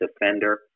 defender